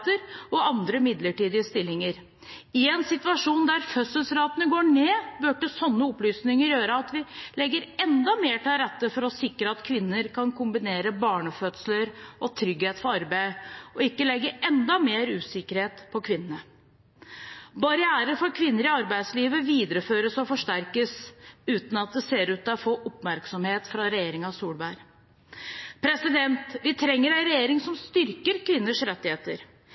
vikariater og andre midlertidige stillinger. I en situasjon der fødselsratene går ned, burde sånne opplysninger gjøre at vi legger enda mer til rette for å sikre at kvinner kan kombinere barnefødsler og trygghet for arbeid, og ikke legge enda mer usikkerhet på kvinnene. Barrierer for kvinner i arbeidslivet videreføres og forsterkes uten at det ser ut til å få oppmerksomhet fra regjeringen Solberg. Vi trenger en regjering som styrker kvinners rettigheter.